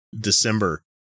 december